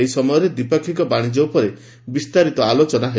ଏହି ସମୟରେ ଦ୍ୱିପାକ୍ଷିକ ବାଣିଜ୍ୟ ଉପରେ ବିସ୍ତାରିତ ଆଲୋଚନା ହେବ